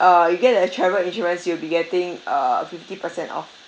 uh you get a travel insurance you'll be getting a fifty percent off